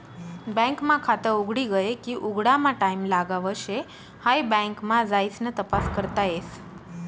bank मा खात उघडी गये की उघडामा टाईम लागाव शे हाई बँक मा जाइसन तपास करता येस